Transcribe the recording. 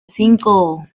cinco